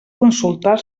consultar